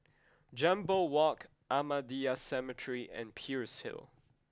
Jambol Walk Ahmadiyya Cemetery and Peirce Hill